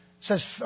says